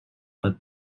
but